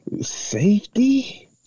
Safety